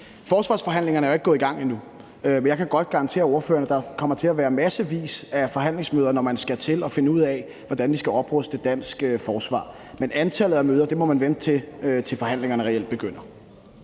Forsvarsforhandlingerne er jo ikke gået i gang endnu, men jeg kan godt garantere ordføreren, at der kommer til at være massevis af forhandlingsmøder, når man skal til at finde ud af, hvordan vi skal opruste dansk forsvar. Men i forhold til antallet af møder må man vente, til forhandlingerne reelt begynder.